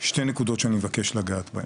שתי נקודות שאני מבקש לגעת בהן.